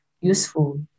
useful